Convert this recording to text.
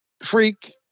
Freak